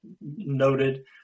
noted